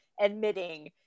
admitting